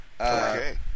Okay